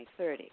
2030